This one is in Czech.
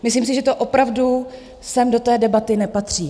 Myslím si, že to opravdu sem do té debaty nepatří.